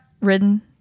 ridden